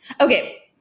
Okay